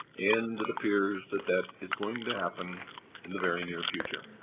and it appears that that is going to happen in the very near future.